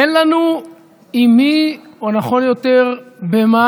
אין לנו עם מי, או נכון יותר במה,